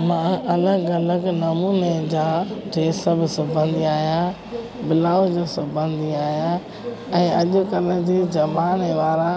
मां अलॻि अलॻि नमूने जा ड्रेसां बि सिबंदी आहियां ब्लाउज़ सिबंदी आहियां ऐं अॼुकल्ह जे ज़माने वारा